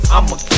I'ma